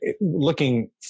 looking